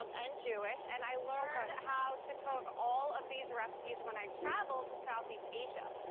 um and jewish. and i learned how to cook all of these recipes when i traveled to southeast asia.